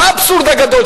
האבסורד הגדול?